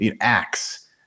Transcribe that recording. acts